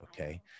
okay